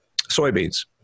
Soybeans